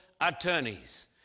attorneys